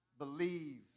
Believe